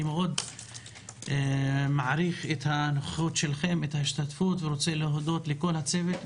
אני מאוד מעריך את נוכחותכם והשתתפותכם ואני רוצה להודות לצוות הוועדה,